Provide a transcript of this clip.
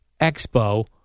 expo